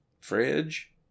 Fridge